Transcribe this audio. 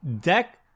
deck